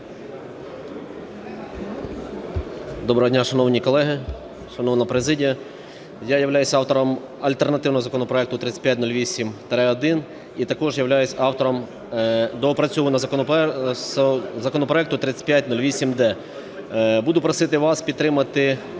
Доброго дня, шановні колеги, шановна президія! Я являюсь автором альтернативного законопроекту 3508-1 і також являюсь автором доопрацьованого законопроекту 3508-д. Буду просити вас підтримати доопрацьований